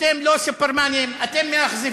אתם לא סופרמנים, אתם מאכזבים,